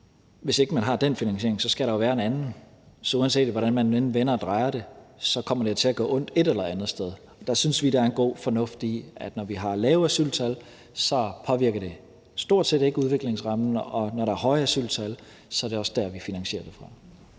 hvis ikke man har den finansiering, skal der være en anden. Så uanset hvordan man end vender og drejer det, kommer det til at gøre ondt et eller andet sted. Der synes vi, der er god fornuft i at sige, at når vi har lave asyltal, påvirker det stort set ikke udviklingsrammen, og når vi har høje asyltal, er det der, vi finansierer det fra.